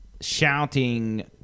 shouting